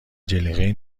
جلیقه